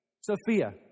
Sophia